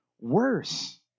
worse